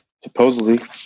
supposedly